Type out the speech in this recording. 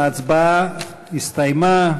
ההצבעה הסתיימה.